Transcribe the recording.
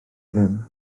ddim